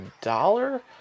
dollar